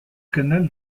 canal